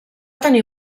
tenir